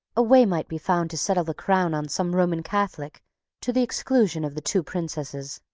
a way might be found to settle the crown on some roman catholic to the exclusion of the two princesses.